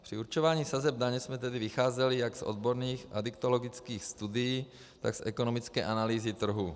Při určování sazeb daně jsme tedy vycházeli jak z odborných adiktologických studií, tak z ekonomické analýzy trhu.